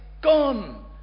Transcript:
Gone